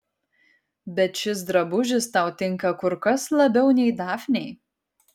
bet šis drabužis tau tinka kur kas labiau nei dafnei